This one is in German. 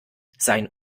sein